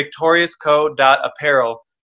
victoriousco.apparel